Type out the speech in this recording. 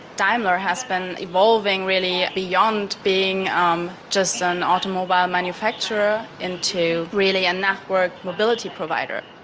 daimler has been evolving really beyond being um just an automobile manufacturer into really a networked mobility provider,